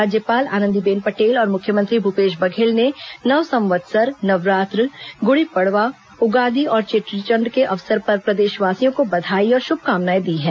राज्यपाल आनंदीबेन पटेल और मुख्यमंत्री भूपेश बघेल ने नव संवत्सर नवरात्र गुड़ी पड़वा उगादी और चेट्रीचंड के अवसर पर प्रदेशवासियों को बधाई और शुभकामनाएं दी हैं